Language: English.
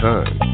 Time